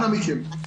אנא מכם.